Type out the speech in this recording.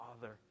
father